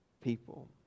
people